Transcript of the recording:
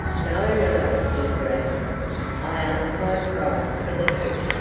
no, no, he growled i asked my price for the trip,